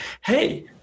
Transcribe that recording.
hey